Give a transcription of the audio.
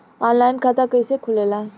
Online खाता कइसे खुलेला?